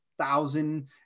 Thousand